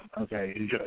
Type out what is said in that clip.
Okay